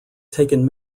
taken